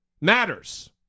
matters